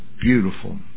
beautiful